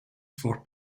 for